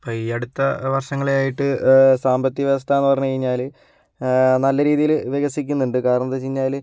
ഇപ്പോൾ ഈ അടുത്ത വർഷങ്ങളായിട്ട് സാമ്പത്തിക വ്യവസ്ഥയെന്ന് പറഞ്ഞു കഴിഞ്ഞാൽ നല്ല രീതിയിൽ വികസിക്കുന്നുണ്ട് കാരണം എന്തെന്ന് വച്ചു കഴിഞ്ഞാൽ